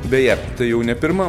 beje tai jau ne pirma